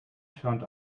turned